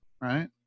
right